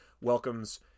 welcomes